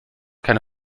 keine